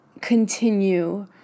continue